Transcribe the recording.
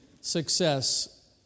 success